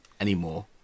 anymore